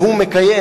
והוא מקיים.